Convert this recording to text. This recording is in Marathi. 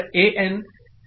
Bn' RB An